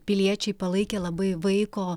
piliečiai palaikė labai vaiko